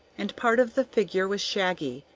and part of the figure was shaggy,